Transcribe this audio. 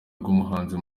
n’umuhanzi